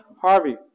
Harvey